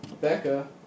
Becca